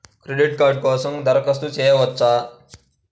Credit card కోసం దరఖాస్తు చేయవచ్చా?